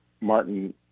Martin